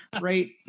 right